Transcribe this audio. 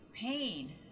pain